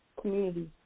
communities